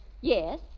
yes